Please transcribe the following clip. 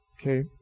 Okay